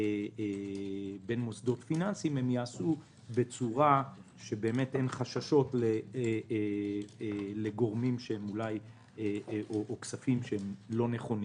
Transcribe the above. בין מוסדות פיננסיים הם ייעשו בצורה שאין חששות לכספים לא נכונים.